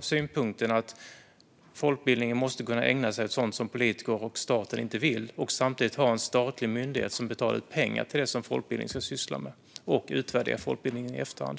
synpunkten att folkbildningen måste kunna ägna sig åt sådant som politiker och staten inte vill och att samtidigt ha en statlig myndighet som betalar ut pengar till det som folkbildningen ska syssla med och utvärdera folkbildningen i efterhand?